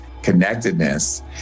connectedness